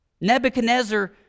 Nebuchadnezzar